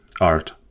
art